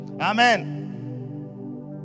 Amen